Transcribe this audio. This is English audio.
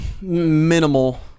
Minimal